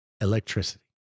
electricity